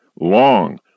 long